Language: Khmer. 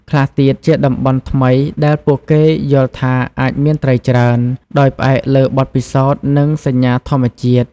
ខ្លះទៀតជាតំបន់ថ្មីដែលពួកគេយល់ថាអាចមានត្រីច្រើន ដោយផ្អែកលើបទពិសោធន៍និងសញ្ញាធម្មជាតិ។